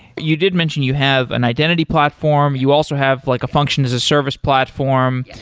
you did mention you have an identity platform. you also have like a function as a service platform.